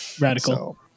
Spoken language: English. Radical